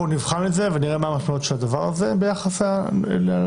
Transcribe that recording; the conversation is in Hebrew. אנחנו נבחן ונראה מה המשמעות של הדבר הזה ביחס לכך.